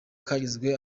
kagizwe